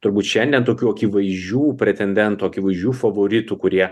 turbūt šiandien tokių akivaizdžių pretendentų akivaizdžių favoritų kurie